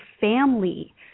family